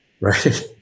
right